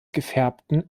gefärbten